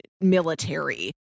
military